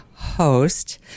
host